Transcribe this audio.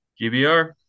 GBR